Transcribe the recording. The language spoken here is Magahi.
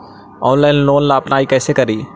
ऑनलाइन लोन ला अप्लाई कैसे करी?